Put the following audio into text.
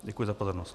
Děkuji za pozornost.